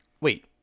wait